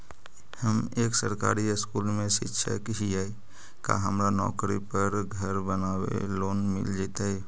हम एक सरकारी स्कूल में शिक्षक हियै का हमरा नौकरी पर घर बनाबे लोन मिल जितै?